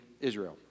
Israel